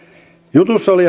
jutussa oli